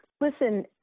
listen